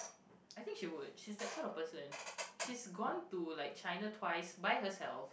I think she would she's that sort of person she's gone to like China twice by herself